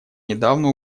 недавно